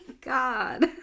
God